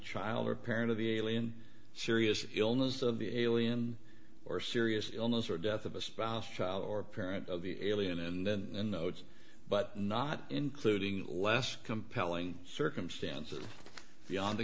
child or parent of the alien serious illness of the alien or serious illness or death of a spouse child or parent of the alien and notes but not including less compelling circumstances beyond the